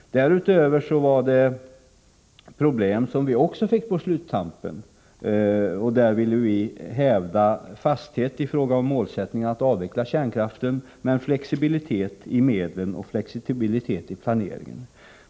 Därutöver fick vi andra problem på sluttampen, då vi ville hävda fasthet i fråga om målsättningen att avveckla kärnkraften med en flexibilitet i medlen och med en flexibilitet i planeringen.